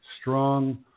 strong